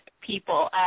people